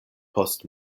post